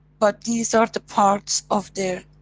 but these are the parts of their